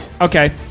Okay